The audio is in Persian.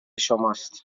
شماست